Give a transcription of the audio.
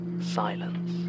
silence